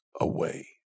away